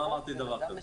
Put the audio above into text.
לא אמרתי דבר כזה,